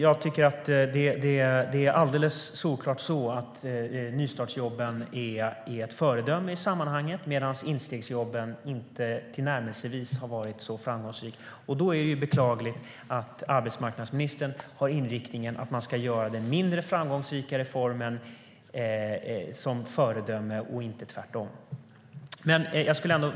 Jag tycker att det är alldeles solklart att nystartsjobben är ett föredöme i sammanhanget, medan instegsjobben inte tillnärmelsevis har varit så framgångsrika. Då är det beklagligt att arbetsmarknadsministern har inriktningen att man ska göra den mindre framgångsrika reformen till föredöme och inte tvärtom.